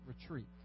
retreat